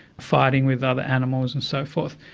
fighting with other animals and so forth.